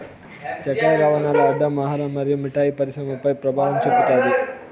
చక్కర రవాణాల్ల అడ్డం ఆహార మరియు మిఠాయి పరిశ్రమపై పెభావం చూపుతాది